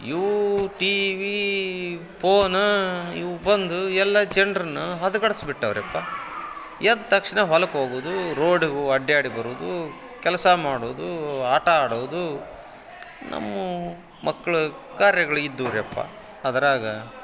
ಇವು TV phone ಇವು ಬಂದು ಎಲ್ಲ ಜನರನ್ನು ಹದಗಡ್ಸ್ಬಿಟ್ಟವೆ ರಿ ಅಪ್ಪ ಎದ್ದ ತಕ್ಷಣ ಹೊಲಕ್ಕೆ ಹೋಗುವುದು ರೋಡಿಗೆ ಹೋ ಅಡ್ಡಾಡಿ ಬರುವುದು ಕೆಲಸ ಮಾಡೋದು ಆಟ ಆಡೋದು ನಮ್ಮ ಮಕ್ಳ ಕಾರ್ಯಗಳಿಗೆ ಇದ್ದುವು ರಿ ಅಪ್ಪ ಅದರಾಗ